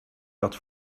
dat